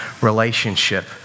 relationship